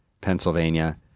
Pennsylvania